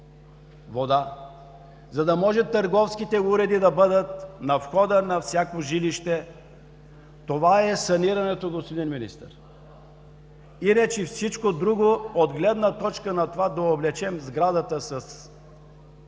вода, за да може търговските уреди да бъдат на входа на всяко жилище. Това е санирането, господин Министър. Иначе, всичко друго, от гледна точка на това да облечем сградата с